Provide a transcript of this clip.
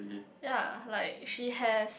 ya like she has